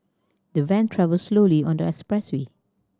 the van travelled slowly on the expressway